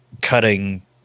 cutting